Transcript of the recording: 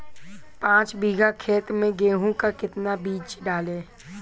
पाँच बीघा खेत में गेहूँ का कितना बीज डालें?